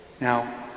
Now